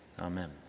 amen